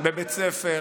בבית ספר